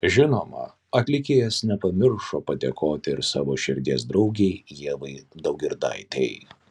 žinoma atlikėjas nepamiršo padėkoti ir savo širdies draugei ievai daugirdaitei